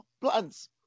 plans